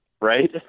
right